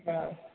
ہاں